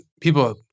people